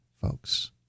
folks